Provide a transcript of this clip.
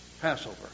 Passover